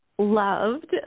Loved